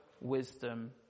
wisdom